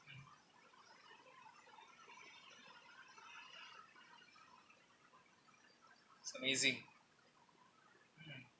it's amazing